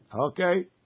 okay